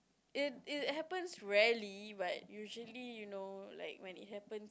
it it happens rarely but usually you know like when it happen